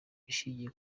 ishingiye